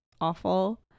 awful